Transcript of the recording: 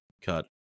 cut